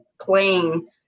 playing